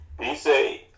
Peace